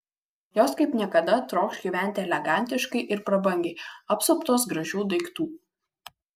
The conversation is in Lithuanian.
jos kaip niekada trokš gyventi elegantiškai ir prabangiai apsuptos gražių daiktų